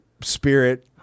spirit